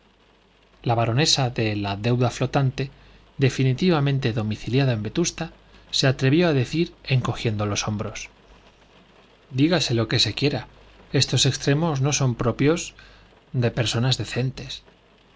la baronesa de la deuda flotante definitivamente domiciliada en vetusta se atrevió a decir encogiendo los hombros dígase lo que se quiera estos extremos no son propios de personas decentes